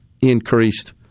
increased –